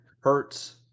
hertz